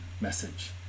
message